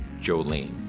Jolene